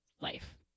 life